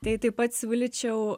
tai taip pat siūlyčiau